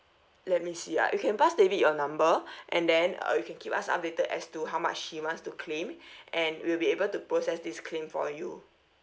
let me see ah you can pass david your number and then uh you can keep us updated as to how much he wants to claim and we'll be able to process this claim for you